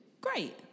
Great